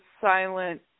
silent